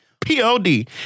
P-O-D